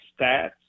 stats